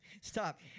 Stop